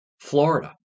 Florida